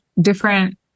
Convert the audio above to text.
different